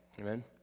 Amen